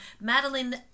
Madeline